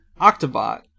Octobot